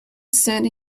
cent